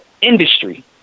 industry